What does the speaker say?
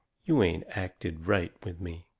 you ain't acted right with me.